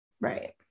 right